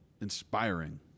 inspiring